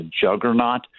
juggernaut